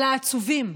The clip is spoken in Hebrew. אלא עצובים.